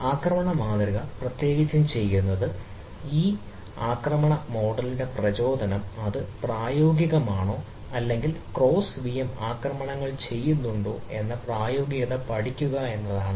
ആക്രമണ മാതൃക പ്രത്യേകിച്ചും ചെയ്യുന്നത് ഈ ആക്രമണ മോഡലിന്റെ പ്രചോദനം അത് പ്രായോഗികമാണോ അല്ലെങ്കിൽ ക്രോസ് വിഎം ആക്രമണങ്ങൾ ചെയ്യുന്നുണ്ടോ എന്ന പ്രായോഗികത പഠിക്കുക എന്നതാണ്